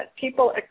people